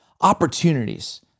opportunities